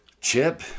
Chip